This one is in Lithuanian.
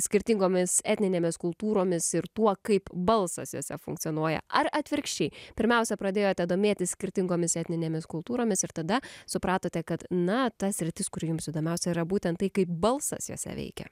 skirtingomis etninėmis kultūromis ir tuo kaip balsas jose funkcionuoja ar atvirkščiai pirmiausia pradėjote domėtis skirtingomis etninėmis kultūromis ir tada supratote kad na ta sritis kuri jums įdomiausia yra būtent tai kaip balsas jose veikia